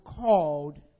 called